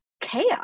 chaos